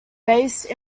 based